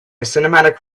cinematic